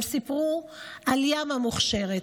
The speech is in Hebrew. הם סיפרו על ים המוכשרת,